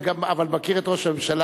אבל אני מכיר את ראש הממשלה,